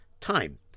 time